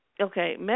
Okay